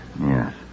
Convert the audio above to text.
Yes